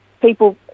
people